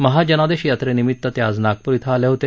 महाजनादेश यात्रेनिमित ते आज नागप्र इथं आले होते